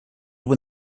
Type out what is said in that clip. when